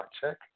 check